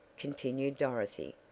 continued dorothy,